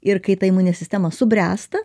ir kai ta imuninė sistema subręsta